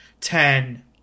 ten